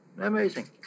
amazing